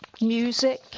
music